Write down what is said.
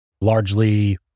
largely